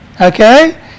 Okay